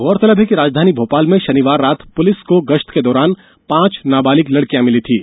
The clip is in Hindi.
गौरतलब है कि राजधानी भोपाल में शनिवार रात पुलिस को गश्त के दौरान पांच नाबालिग लड़कियां मिली थीं